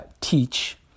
teach